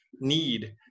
need